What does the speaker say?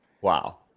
Wow